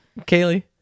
Kaylee